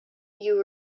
you